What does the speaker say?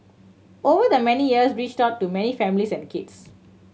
over the many years reached out to many families and kids